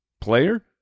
player